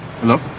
hello